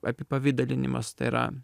apipavidalinimas tai yra